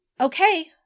Okay